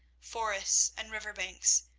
forests and river-banks,